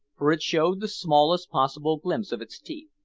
for it showed the smallest possible glimpse of its teeth.